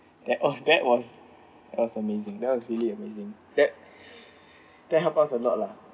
that oh that was that was amazing that was really amazing that that help us a lot lah